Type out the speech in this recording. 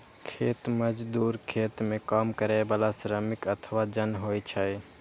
खेत मजदूर खेत मे काम करै बला श्रमिक अथवा जन होइ छै